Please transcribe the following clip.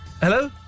Hello